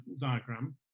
diagram